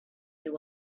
you